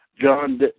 John